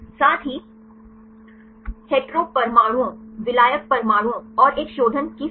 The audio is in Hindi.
साथ ही हेटेरो परमाणुओं विलायक परमाणुओं और एक शोधन की संख्या